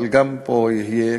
אבל גם פה יהיה,